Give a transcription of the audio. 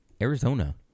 Arizona